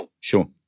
sure